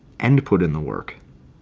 and put in the work.